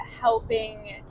helping